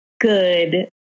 good